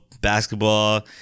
basketball